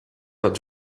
out